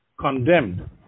condemned